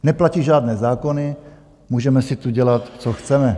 Neplatí žádné zákony, můžeme si tu dělat, co chceme.